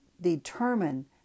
determine